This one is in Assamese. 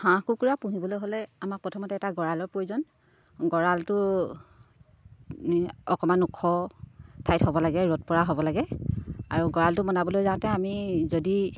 হাঁহ কুকুৰা পুহিবলৈ হ'লে আমাক প্ৰথমতে এটা গঁৰালৰ প্ৰয়োজন গঁৰালটো অকণমান ওখ ঠাইত হ'ব লাগে ৰ'দ পৰা হ'ব লাগে আৰু গঁৰালটো বনাবলৈ যাওঁতে আমি যদি